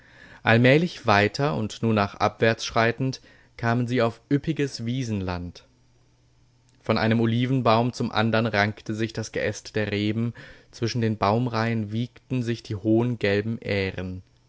allmählich weiter und nun nach abwärts schreitend kamen sie auf üppiges wiesenland von einem olivenbaum zum andern rankte sich das geäst der reben zwischen den baumreihen wiegten sich die hohen gelben ähren